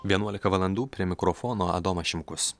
vienuolika valandų prie mikrofono adomas šimkus